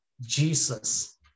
Jesus